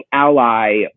ally